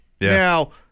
Now